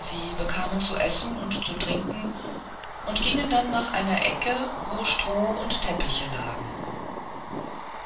sie bekamen zu essen und zu trinken und gingen dann nach einer ecke wo stroh und teppiche lagen